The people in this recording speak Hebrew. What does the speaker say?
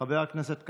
חבר הכנסת כץ,